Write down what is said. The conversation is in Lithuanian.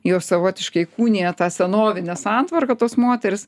jos savotiškai įkūnija tą senovinę santvarką tos moterys